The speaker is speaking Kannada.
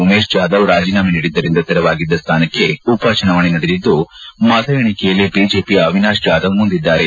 ಉಮೇಶ್ ಜಾಧವ್ ರಾಜೀನಾಮೆ ನೀಡಿದ್ದರಿಂದ ತೆರವಾಗಿದ್ದ ಸ್ವಾನಕ್ಕೆ ಉಪಚುನಾವಣೆ ನಡೆದಿದ್ದು ಮತ ಎಣಿಕೆಯಲ್ಲಿ ಬಿಜೆಪಿಯ ಅವಿನಾಶ್ ಜಾಧವ್ ಮುಂದಿದ್ದಾರೆ